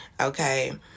Okay